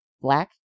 black